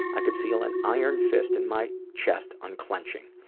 i could feel an iron fist in my chest unclenching.